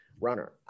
runner